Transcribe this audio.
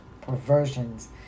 perversions